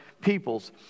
peoples